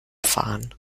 fahren